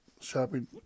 shopping